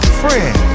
friend